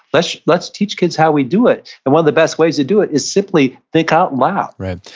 let's let's teach kids how we do it, and one of the best ways to do it is simply think out loud right.